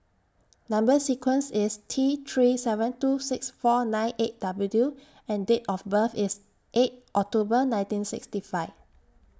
Number sequence IS T three seven two six four nine eight W two and Date of birth IS eight October nineteen sixty five